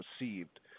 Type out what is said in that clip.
received